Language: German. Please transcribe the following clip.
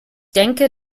denke